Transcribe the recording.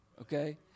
Okay